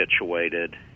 situated